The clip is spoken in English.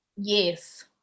yes